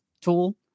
tool